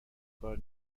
کار